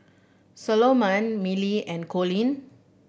Salomon Millie and Coleen